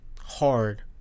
hard